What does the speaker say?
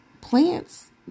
Plants